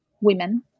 women